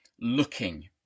looking